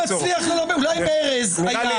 אולי אם ארז היה,